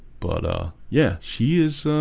but ah yeah, she is ah